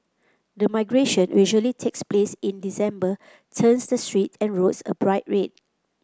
the migration usually takes place in December turns the streets and roads a bright red